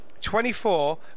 24